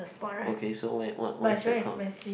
okay so where what what is that called